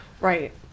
Right